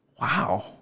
Wow